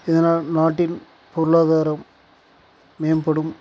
இதனால் நாட்டின் பொருளாதாரம் மேம்படும்